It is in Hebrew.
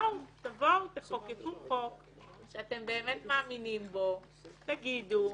תבואו תחוקקו חוק, שאתם באמת מאמינים בו ותגידו: